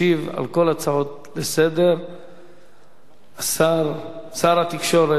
ישיב על כל ההצעות לסדר-היום שר התקשורת,